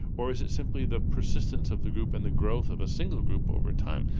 or is it simply the persistence of the group and the growth of a single group over time?